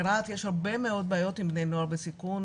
לרהט יש הרבה מאוד בעיות עם בני נוער בסיכון,